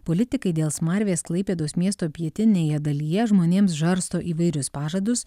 politikai dėl smarvės klaipėdos miesto pietinėje dalyje žmonėms žarsto įvairius pažadus